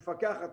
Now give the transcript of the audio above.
מפקחת,